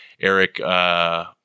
Eric –